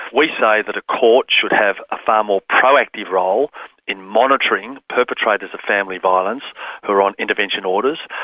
we say that a court should have a far more proactive role in monitoring perpetrators of family violence who are on intervention orders.